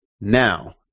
Now